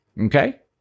Okay